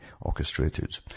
orchestrated